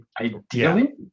ideally